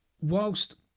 whilst